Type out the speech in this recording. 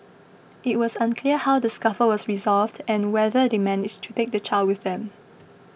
it was unclear how the scuffle was resolved and whether they managed to take the child with them